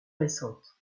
récente